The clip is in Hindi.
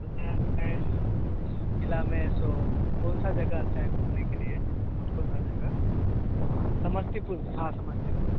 ज़िले में सो कौन सा जगह अच्छा है घूमने के लिए कौन कौन सा जगह समस्तीपुर हाँ समस्तीपुर